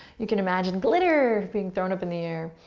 you can imagine glitter being thrown up in the air.